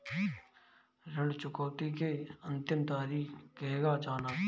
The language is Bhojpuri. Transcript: ऋण चुकौती के अंतिम तारीख केगा जानब?